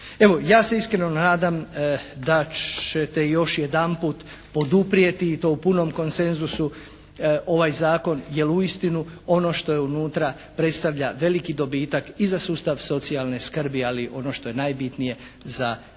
Evo, ja se iskreno nadam da ćete još jedanput poduprijeti i to u punom konsenzusu ovaj zakon, jer uistinu ono što je unutra predstavlja veliki dobitak i sa sustav socijalne skrbi. Ali ono što je najbitnije za današnje